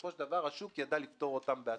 שבסופו של דבר השוק ידע לפתור אותן בעצמו.